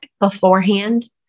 beforehand